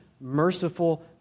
merciful